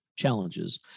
challenges